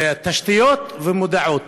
תשתיות ומודעות.